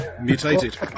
Mutated